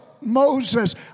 Moses